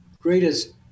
greatest